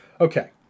Okay